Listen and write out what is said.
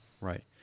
Right